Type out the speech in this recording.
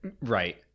Right